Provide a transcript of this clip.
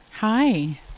Hi